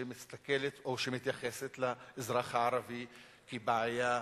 שמסתכלת או שמתייחסת לאזרח הערבי כבעיה,